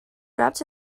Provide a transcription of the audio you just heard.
wrapped